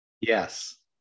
Yes